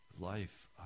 life